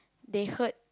they heard